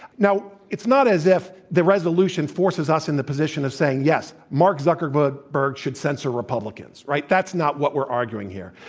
now, it's not as if the resolution forces us in the position of saying, yes, mark zuckerberg should censor republicans, right? that's not what we're arguing here.